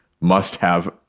must-have